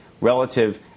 relative